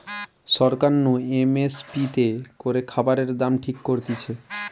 সরকার নু M S P তে করে খাবারের দাম ঠিক করতিছে